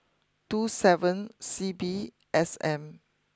two seven C B S M